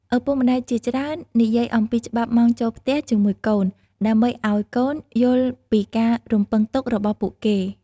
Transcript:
ឪពុកម្តាយជាច្រើននិយាយអំពីច្បាប់ម៉ោងចូលផ្ទះជាមួយកូន ដើម្បីឱ្យកូនយល់ពីការរំពឹងទុករបស់ពួកគេ។